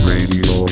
Radio